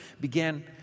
began